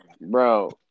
Bro